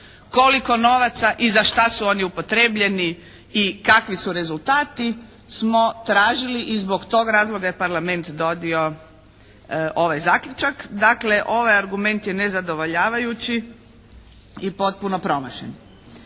koliko novaca … i za šta su oni upotrijebljeni i kakvi su rezultati smo tražili i zbog tog razloga je Parlament donio ovaj zaključak. Dakle ovaj argument je nezadovoljavajući i potpuno promašen.